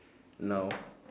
now